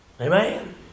Amen